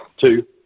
Two